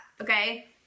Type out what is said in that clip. Okay